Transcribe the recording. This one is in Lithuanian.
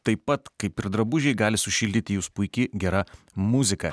taip pat kaip ir drabužiai gali sušildyti jus puiki gera muzika